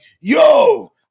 yo